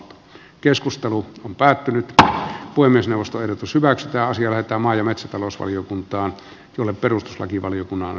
keskustelu on päättynyt puhemiesneuvoston pysyväksi ja asioita maa ja metsätalousvaliokuntaan jolle perustuslakivaliokunnan